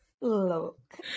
look